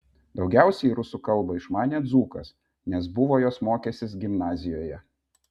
daugiausiai rusų kalbą išmanė dzūkas nes buvo jos mokęsis gimnazijoje